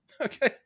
okay